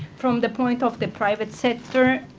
from the point of the private sector,